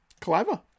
Clever